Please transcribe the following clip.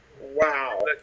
Wow